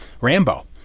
Rambo